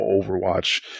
overwatch